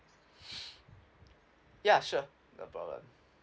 ya sure no problem